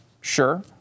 sure